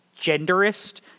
genderist